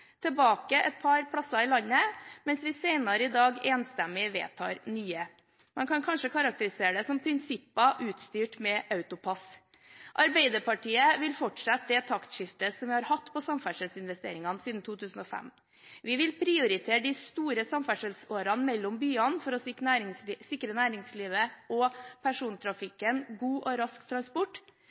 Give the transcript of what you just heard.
tilbake et par steder i landet, mens vi senere i dag enstemmig vil vedta nye. Man kan kanskje karakterisere det som prinsipper utstyrt med autopass. Arbeiderpartiet vil fortsette det taktskiftet vi har hatt på samferdselsinvesteringene siden 2005. Vi vil prioritere de store samferdselsårene mellom byene for å sikre næringslivet og persontrafikken god og rask transport.